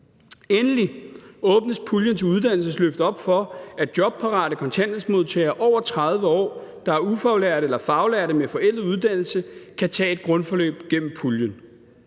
Derudover åbnes puljen til uddannelsesløftet op for, at jobparate kontanthjælpsmodtagere over 30 år, der er ufaglærte eller faglærte med en forældet uddannelse, kan tage et grundforløb gennem puljen.